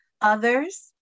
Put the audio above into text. others